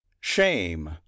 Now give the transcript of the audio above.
Shame